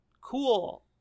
Cool